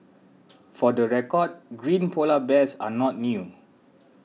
for the record green Polar Bears are not new